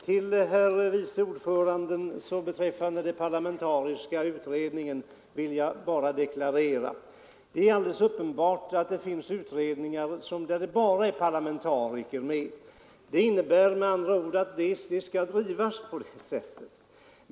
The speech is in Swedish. Med anledning av vad vice ordföranden i utskottet sade beträffande den parlamentariska utredningen vill jag bara påpeka att det finns utredningar där bara parlamentariker är med, och det innebär i så fall att utredningsarbetet skall drivas på det sättet.